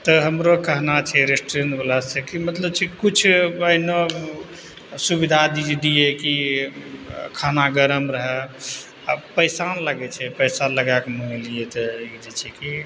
तऽ हमरो कहना छै रेस्टोरेन्टवला सँ कि मतलब छै किछु भाय नव सुविधा दीजिये दियै कि खाना गरम रहय आओर पैसा नहि लगय छै पैसा लगाके मँगेलियै तऽ ई जे छै कि